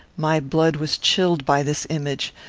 my blood was chilled by this image.